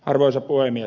arvoisa puhemies